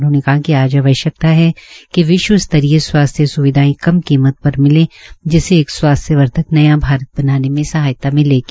उन्होंने कहा कि आज आवश्यकता है कि विश्व स्तरीय स्वासथ्य स्विधाएं कम कीमत पर मिले जिससे एक स्वास्थ्यवर्धक न्या भारत बनाने में सहायता मिलेगी